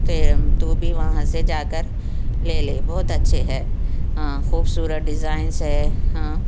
تے تو بھی وہاں سے جا کر لے لے بہت اچھے ہے ہاں خوبصورت ڈیزائنس ہے ہاں